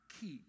keep